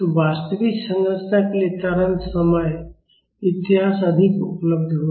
तो वास्तविक संरचना के लिए त्वरण समय इतिहास अधिक उपलब्ध होगा